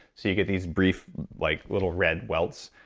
so you get these brief like little red welts.